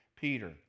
Peter